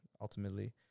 ultimately